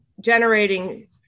generating